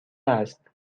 است